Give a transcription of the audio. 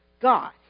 God